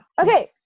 Okay